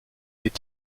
eût